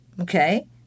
Okay